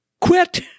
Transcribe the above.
quit